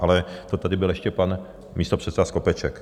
Ale to tady byl ještě pan místopředseda Skopeček.